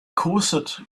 corset